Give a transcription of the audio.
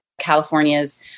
California's